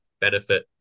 benefit